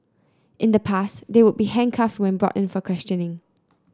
in the past they would be handcuffed when brought in for questioning